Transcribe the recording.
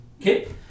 Okay